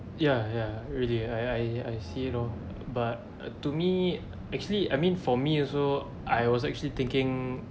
yeah yeah really I I see you know but to me actually I mean for me also I was actually thinking